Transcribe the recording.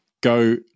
go